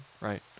right